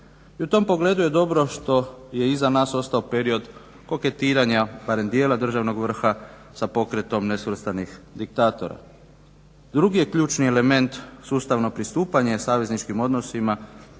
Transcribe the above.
i u tom pogledu je dobro što je iza nas ostao period koketiranja barem dijela državnog vrha sa pokretom nesvrstanih diktatora. Drugi je ključni element sustavno pristupanje savezničkim odnosima